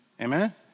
Amen